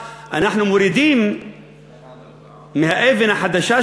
אנחנו מורידים מהאבן החדשה,